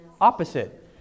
opposite